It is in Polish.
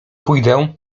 pójdę